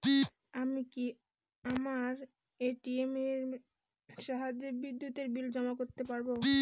আমি কি আমার এ.টি.এম এর সাহায্যে বিদ্যুতের বিল জমা করতে পারব?